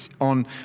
on